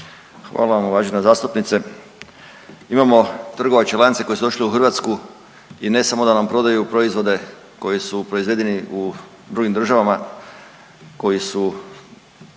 Hvala vam uvažena zastupnice. Imamo trgovačke lance koji su došli u Hrvatsku i ne samo da nam prodaju proizvode koji su proizvedeni u drugim državama, koji su